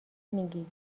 میگی